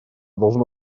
должно